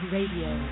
Radio